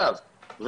הסיבה להערה שלי.